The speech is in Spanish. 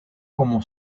como